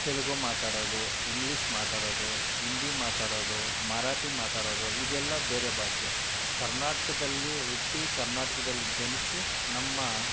ತೆಲುಗು ಮಾತಾಡೋದು ಇಂಗ್ಲಿಷ್ ಮಾತಾಡೋದು ಹಿಂದಿ ಮಾತಾಡೋದು ಮರಾಠಿ ಮಾತಾಡೋದು ಇದೆಲ್ಲ ಬೇರೆ ಭಾಷೆ ಕರ್ನಾಟಕದಲ್ಲಿ ಹುಟ್ಟಿ ಕರ್ನಾಟಕದಲ್ಲಿ ಜನಿಸಿ ನಮ್ಮ